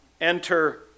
Enter